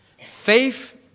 Faith